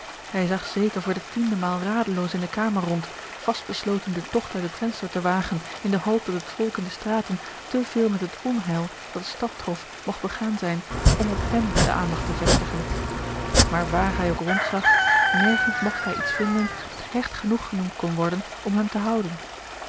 hij zag zeker voor de tiende maal radeloos in de kamer rond vast besloten den togt uit het venster te wagen in de hoop dat het volk in de straten te veel met het onheil dat de stad trof mogt begaan zijn om op hem de aandacht te vestigen maar waar hij ook rondzag nergens mogt hij iets vinden dat hecht genoeg genoemd kon worden om hem te houden